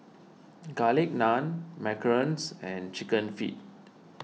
Garlic Naan Macarons and Chicken Feet